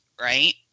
right